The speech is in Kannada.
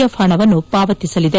ಎಫ್ ಹಣವನ್ನು ಪಾವತಿಸಲಿದೆ